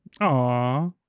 Aw